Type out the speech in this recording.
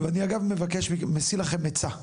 אני אגב מציע לכם עצה,